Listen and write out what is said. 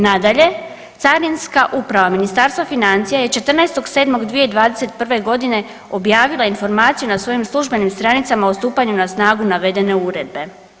Nadalje, Carinska uprava Ministarstva financija je 14.7.2021. g. objavila informaciju na svojim službenim stranicama o stupanju na snagu navedene Uredbe.